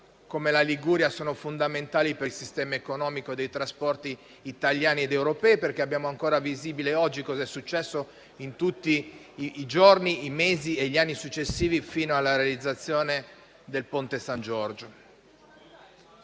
come la Liguria sono fondamentali per il sistema economico e dei trasporti italiani ed europei, perché è ancora visibile oggi cosa è successo in tutti i giorni, i mesi e gli anni successivi fino alla realizzazione del ponte San Giorgio.